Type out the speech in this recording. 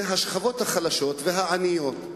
השכבות החלשות והעניות,